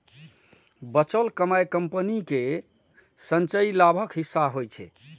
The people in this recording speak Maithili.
बचल कमाइ कंपनी केर संचयी लाभक हिस्सा होइ छै